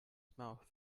mouth